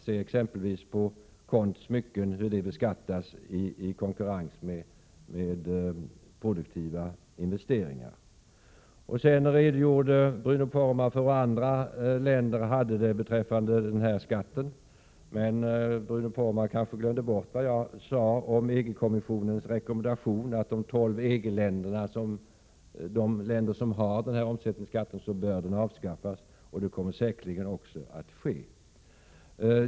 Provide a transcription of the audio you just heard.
Se exempelvis på hur konst och smycken beskattas i konkurrens med produktiva investeringar! Vidare redogjorde Bruno Poromaa för hur andra länder hade det beträffande den här skatten. Bruno Poromaa kanske glömde bort vad jag sade om EG-kommissionens rekommendation till de tolv EG-länderna — att denna skatt i de länder som har den bör avskaffas. Så kommer säkerligen också att ske.